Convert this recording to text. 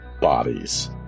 bodies